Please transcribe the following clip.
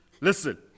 Listen